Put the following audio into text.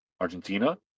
Argentina